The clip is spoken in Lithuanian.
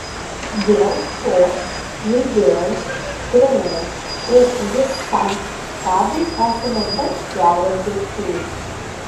dėl to žaidėjams treneriams ir visam štabui esame be galo dėkingi